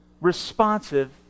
responsive